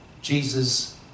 Jesus